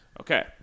Okay